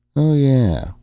oh, yeah,